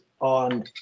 on